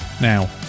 Now